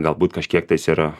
galbūt kažkiek tais ir